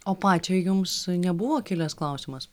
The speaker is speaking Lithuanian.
o pačiai jums nebuvo kilęs klausimas